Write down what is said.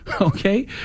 okay